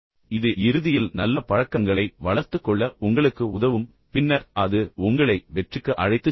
இது இறுதியில் நல்ல பழக்கங்களை வளர்த்துக் கொள்ள உங்களுக்கு உதவும் பின்னர் அது உங்களை வெற்றிக்கு அழைத்துச் செல்லும்